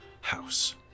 house